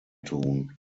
tun